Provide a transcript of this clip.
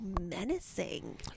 menacing